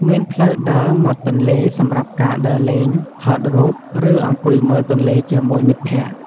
មានផ្លូវដើរមាត់ទន្លេ សម្រាប់ការដើរលេង ថតរូប ឬអង្គុយមើលទន្លេជាមួយមិត្តភក្តិ។